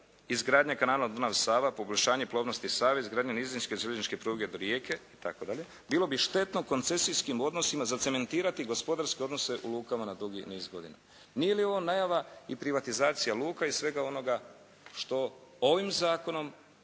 izgradnja kanala Dunav-Sava, poboljšanje plovnosti Save, izgradnja …/Govornik se ne razumije./… željezničke pruge do Rijeke itd. bilo bi štetno koncesijskim odnosima zacementirati gospodarske odnose u lukama na dugi niz godina. Nije li ovo najava i privatizacija luka i svega onoga što ovim zakonom